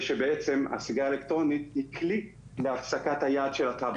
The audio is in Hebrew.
זה שהסיגריה האלקטרונית היא כלי להפסקת היעד של הטבק.